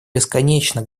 бесконечно